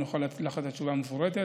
אני אוכל לתת את התשובה המפורטת.